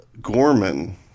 gorman